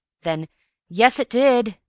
then yes, it did.